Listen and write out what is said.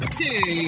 two